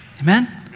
Amen